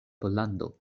pollando